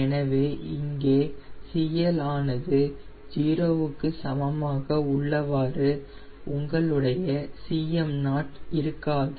எனவே இங்கே CL ஆனது 0 க்கு சமமாக உள்ளவாறு உங்களுடைய Cm0 இருக்காது